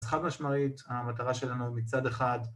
חד משמעית המטרה שלנו מצד אחד